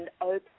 open